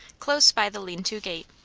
close by the lean-to gate.